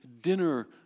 dinner